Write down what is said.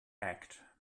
act